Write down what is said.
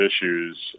issues